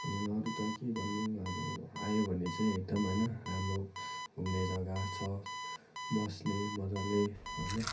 अनि अरू त के भन्नु अब आयो भने चाहिँ एकदम होइन राम्रो घुम्ने जग्गा छ बस्ने मजाले होइन